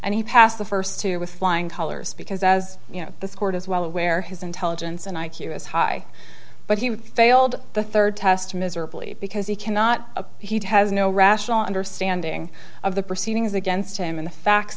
and he passed the first two with flying colors because as you know this court is well aware his intelligence and i q is high but he failed the third test miserably because he cannot he has no rational understanding of the proceedings against him in the facts